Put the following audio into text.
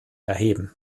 erheben